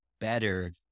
better